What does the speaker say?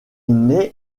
naît